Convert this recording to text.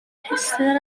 rhestr